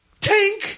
Tink